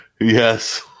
Yes